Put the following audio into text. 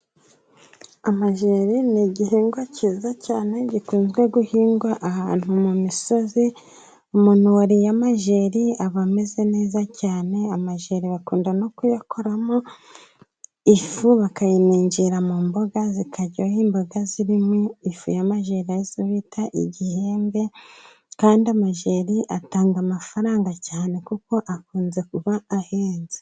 Amajeri ni igihingwa cyiza cyane gikunzwe guhingwa ahantu mu misozi, umuntu wariye amajeri aba ameze neza cyane. Amajeri bakunda no kuyakoramo ifu bakayiminjira mu mboga zikaryoha, imboga zirimo ifu ya majeri arizo bita igihembe kandi amajeri atanga amafaranga cyane kuko akunze kuba ahenze.